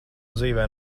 dzīvē